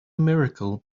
miracle